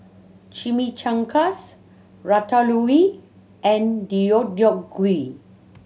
Chimichangas Ratatouille and Deodeok Gui